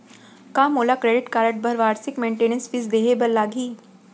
का मोला credit card बर वार्षिक मेंटेनेंस फीस देहे बर लागही?